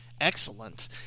Excellent